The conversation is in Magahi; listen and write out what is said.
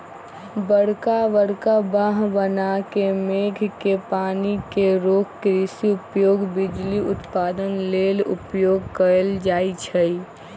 बरका बरका बांह बना के मेघ के पानी के रोक कृषि उपयोग, बिजली उत्पादन लेल उपयोग कएल जाइ छइ